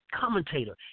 commentator